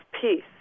peace